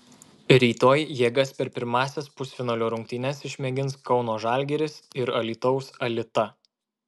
rytoj jėgas per pirmąsias pusfinalio rungtynes išmėgins kauno žalgiris ir alytaus alita